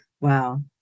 Wow